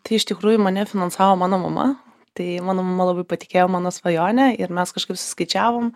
tai iš tikrųjų mane finansavo mano mama tai mano mama labai patikėjo mano svajone ir mes kažkaip suskaičiavom